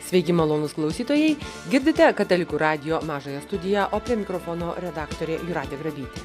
sveiki malonūs klausytojai girdite katalikų radijo mažąją studiją o prie mikrofono redaktorė jūratė grabytė